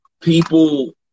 people